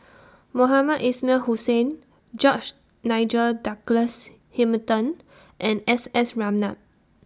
Mohamed Ismail Hussain George Nigel Douglas Hamilton and S S Ratnam